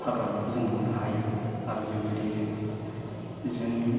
हाग्रामाखौ जों बुंनो हायो आरो बेबायदिनो जोंनि